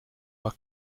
are